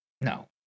no